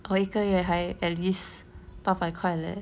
我一个月还 at least 八百块 leh